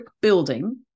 building